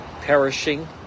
perishing